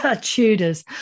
Tudors